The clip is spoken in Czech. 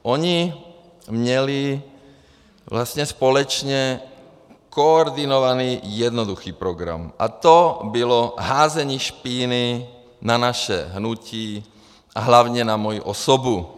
Oni měli vlastně společně koordinovaný jednoduchý program a to bylo házení špíny na naše hnutí a hlavně na moji osobu.